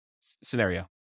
scenario